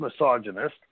misogynist